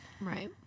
Right